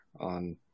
on